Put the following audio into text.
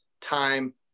time